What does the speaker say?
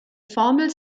formel